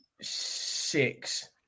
six